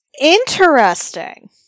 interesting